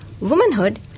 womanhood